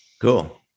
Cool